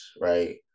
right